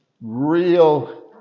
real